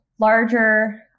larger